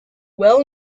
well